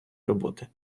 роботи